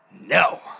no